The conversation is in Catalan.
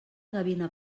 gavina